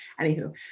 anywho